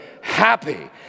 happy